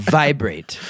vibrate